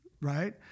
right